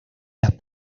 las